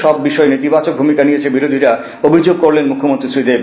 সব বিষয়ে নেতিবাচক ভূমিকা নিয়েছে বিরোধীরা অভিযোগ করলেন মুখ্যমন্ত্রী শ্রীদেব